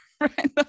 right